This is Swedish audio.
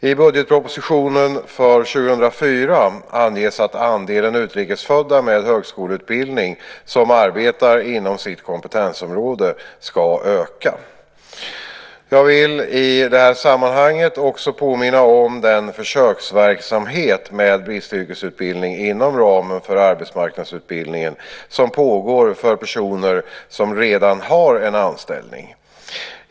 I budgetpropositionen för 2004 anges att andelen utrikes födda med högskoleutbildning, som arbetar inom sitt kompetensområde, ska öka. Jag vill i detta sammanhang också påminna om den försöksverksamhet med bristyrkesutbildning inom ramen för arbetsmarknadsutbildningen som pågår för personer som redan har en anställning.